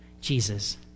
Jesus